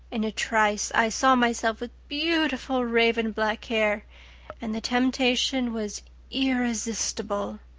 in a trice i saw myself with beautiful raven-black hair and the temptation was irresistible.